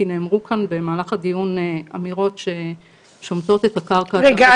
כי נאמרו כאן במהלך הדיון אמירות ששומטות את הקרקע --- רגע,